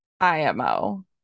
I'mo